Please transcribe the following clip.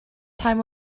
time